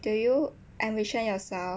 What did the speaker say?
do you envision yourself